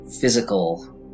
physical